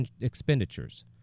expenditures